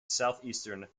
southeastern